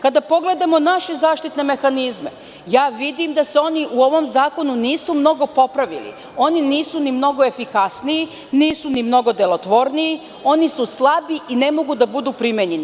Kada pogledamo naše zaštitne mehanizme, vidim da se oni u ovom zakonu nisu mnogo popravili, nisu ni mnogo efikasniji, ni delotvorniji, oni su slabi i ne mogu da budu primenjeni.